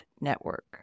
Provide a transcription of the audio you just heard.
Network